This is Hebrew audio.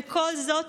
וכל זאת,